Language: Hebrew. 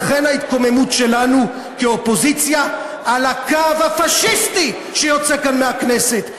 לכן ההתקוממות שלנו כאופוזיציה על הקו הפאשיסטי שיוצא כאן מהכנסת.